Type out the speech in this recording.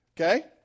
Okay